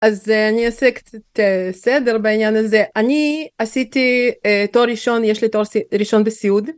אז אני אעשה קצת סדר בעניין הזה, אני עשיתי תואר ראשון, יש לי תואר ראשון בסיעוד.